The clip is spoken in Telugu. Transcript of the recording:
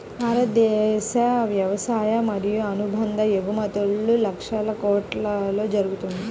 భారతదేశ వ్యవసాయ మరియు అనుబంధ ఎగుమతులు లక్షల కొట్లలో జరుగుతుంది